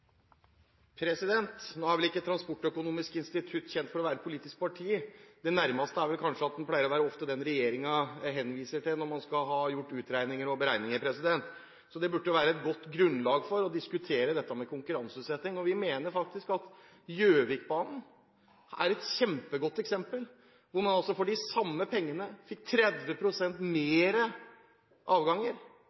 vel ikke Transportøkonomisk institutt kjent for å være et politisk parti. Det nærmeste er vel kanskje at det er dette regjeringen henviser til når man skal ha gjort utregninger og beregninger. Det burde være et godt grunnlag for å diskutere dette med konkurranseutsetting. Vi mener faktisk at Gjøvikbanen er et kjempegodt eksempel, hvor man altså for de samme pengene fikk 30 pst. flere avganger,